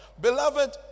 Beloved